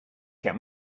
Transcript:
can